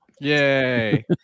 Yay